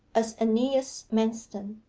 as aeneas manston,